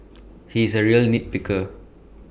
he is A real nit picker